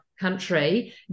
country